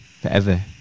forever